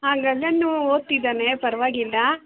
ಹಾಂ ಗಗನ್ನು ಓದ್ತಿದ್ದಾನೆ ಪರವಾಗಿಲ್ಲ